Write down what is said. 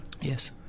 Yes